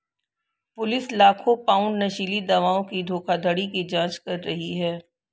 police लाखों pound नशीली दवाओं की धोखाधड़ी की जांच कर रही है